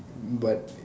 but